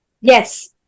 Yes